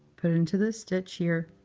put into this stitch here.